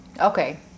Okay